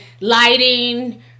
lighting